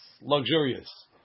luxurious